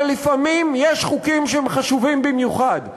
אבל לפעמים יש חוקים שהם חשובים במיוחד.